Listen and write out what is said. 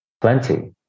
Plenty